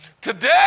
Today